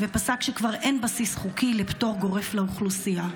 ופסק שכבר אין בסיס חוקי לפטור גורף לאוכלוסייה.